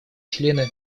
члены